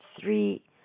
three